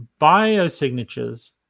biosignatures